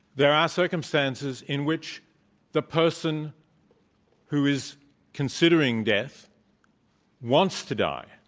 there are circumstances in which the person who is considering death wants to die.